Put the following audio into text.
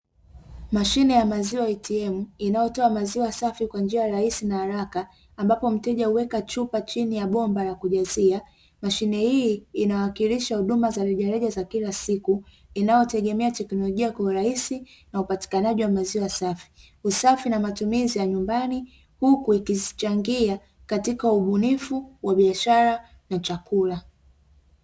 Mashine ya maziwa "ATM", inayotoa maziwa safi kwa njia rahisi na haraka, ambapo mteja huweka chupa chini ya bomba la kujaza. Mashine hii inawakilisha huduma za rejareja za kila siku, inayotegemea teknolojia kwa urahisi na upatikanaji wa maziwa safi, usafi na matumizi ya nyumbani, huku ikichangia katika ubunifu wa biashara na chakula.